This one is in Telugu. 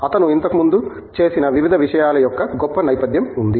అతను ఇంతకు ముందు చేసిన వివిధ విషయాల యొక్క గొప్ప నేపథ్యం ఉంది